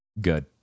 Good